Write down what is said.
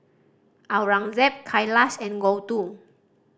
Aurangzeb Kailash and Gouthu